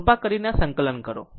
કૃપા કરીને આ સંકલન કરો